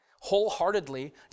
wholeheartedly